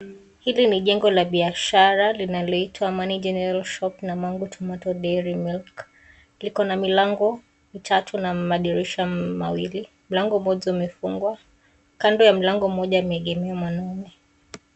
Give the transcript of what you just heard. Hili ni jengo la biashara linaloitwa money general shop na mango tomato dairy milk. Liko na milango mitatu na madirisha mawili, mlango moja umefungwa. Kando ya mlango moja ameegemea mwanaume.